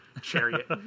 chariot